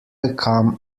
bekam